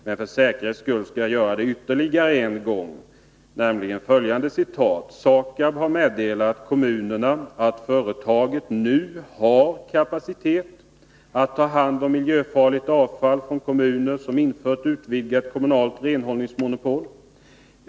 Men för säkerhets skull skall jag läsa det citatet ytterligare en gång: ”SAKAB har meddelat kommunerna att företaget nu har kapacitet att ta hand om miljöfarligt avfall från kommuner som infört utvidgat kommunalt renhållningsmonopol.